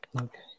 Okay